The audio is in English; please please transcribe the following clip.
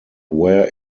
where